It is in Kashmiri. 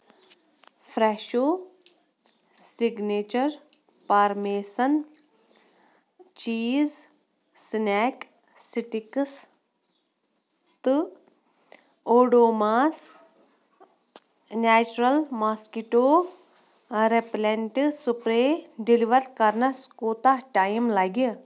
فرٛٮ۪شو signature parmesan cheese snack sticks تہٕ Odomos natural mosquito repellent spray deliver کرنَس کوٗتاہ ٹایم لَگہِ